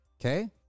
Okay